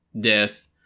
death